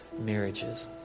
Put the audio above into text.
marriages